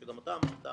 כמו שגם אתה אמרת.